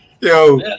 Yo